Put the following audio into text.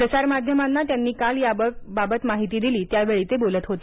प्रसारमाध्यमांना त्यांनी काल याबाबत माहिती दिली त्यावेळी ते बोलत होते